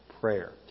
Prayer